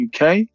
UK